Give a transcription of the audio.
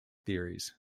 theories